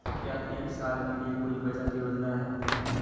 क्या एक साल के लिए कोई बचत योजना है?